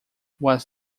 was